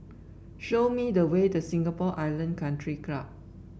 show me the way to Singapore Island Country Club